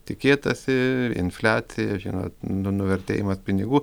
tikėtasi infliacija žinot nu nuvertėjimas pinigų